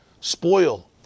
spoil